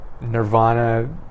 Nirvana